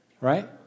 Right